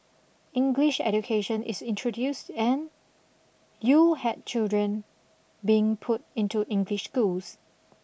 English education is introduced and you had children being put into English schools